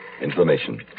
information